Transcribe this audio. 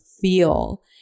feel